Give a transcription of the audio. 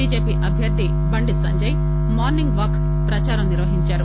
BJP అభ్యర్ది Bandi Sanjay morning walk ప్రదారం నిర్వహించారు